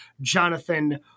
Jonathan